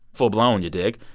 full-blown, you dig?